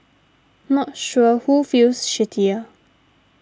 not sure who feels shittier